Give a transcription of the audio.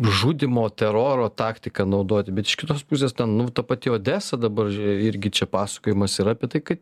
žudymo teroro taktiką naudoti bet iš kitos pusės ten nu ta pati odesa dabar irgi čia pasakojimas yra apie tai kad